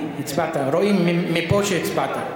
רואים מפה שהצבעת.